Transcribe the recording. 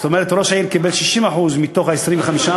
זאת אומרת, ראש העיר קיבל 60% מתוך ה-35%,